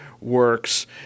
works